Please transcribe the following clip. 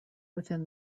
within